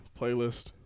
playlist